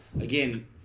again